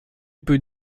peut